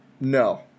No